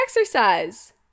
exercise